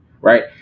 right